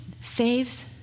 saves